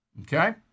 Okay